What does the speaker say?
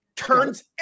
turns